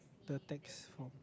the tax from